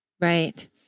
Right